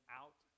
out